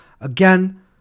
Again